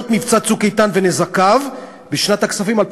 מבצע "צוק איתן" ונזקיו בשנת הכספים 2015,